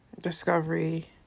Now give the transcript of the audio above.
Discovery